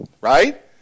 right